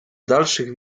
dalszych